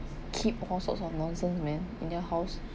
keep all sorts of nonsense man in their house